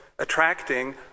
attracting